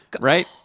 right